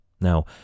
Now